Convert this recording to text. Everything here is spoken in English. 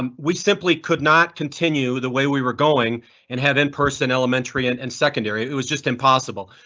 um we simply could not continue the way we were going and have in person elementary and and secondary. it was just impossible.